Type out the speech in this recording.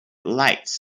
light